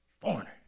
Foreigner